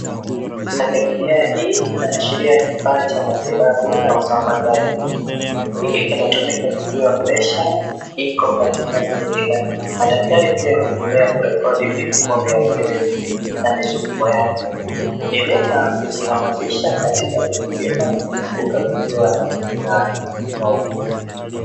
Kategoria hii inaashiria kifaa cha matibabu na usambazaji. Hiki kinatumika kujua presha iko katika steji gani. Madaktari pia hutumia kurekodi vipimo vya mwili na misukumo yake. Ni vyema kujihamasisha katika kujipima na kukaguliwa na wauguzi.